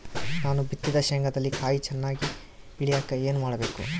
ನಾನು ಬಿತ್ತಿದ ಶೇಂಗಾದಲ್ಲಿ ಕಾಯಿ ಚನ್ನಾಗಿ ಇಳಿಯಕ ಏನು ಮಾಡಬೇಕು?